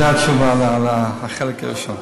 זו התשובה על החלק הראשון.